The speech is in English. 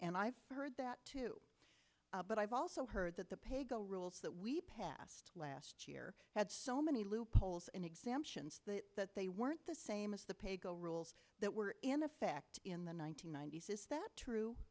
and i've heard that too but i've also heard that the pay go rules that we passed last year had so many loopholes and exemptions that they weren't the same as the pay go rules that were in effect in the one nine hundred ninety s is that true